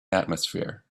atmosphere